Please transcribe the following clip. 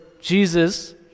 Jesus